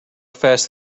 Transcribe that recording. fast